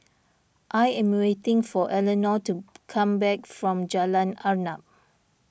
I am waiting for Eleanore to come back from Jalan Arnap